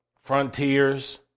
Frontiers